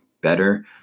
better